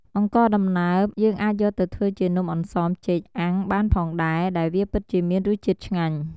អង្ករដំណើប យើងអាចយកទៅធ្វើជានំអន្សមចេកអាំងបានផងដែរ ដែលវាពិតជាមានរសជាតិឆ្ងាញ់។